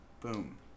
boom